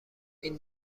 این